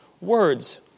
words